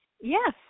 Yes